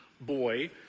boy